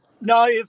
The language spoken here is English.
No